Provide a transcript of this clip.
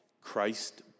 Christ